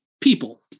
people